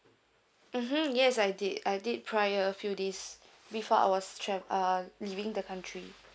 mmhmm yes I did I did prior a few days before I was trav~ uh leaving the country